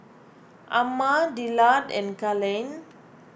Amma Dillard and Kellen